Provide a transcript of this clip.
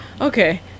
Okay